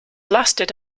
lasted